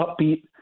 upbeat